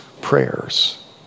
prayers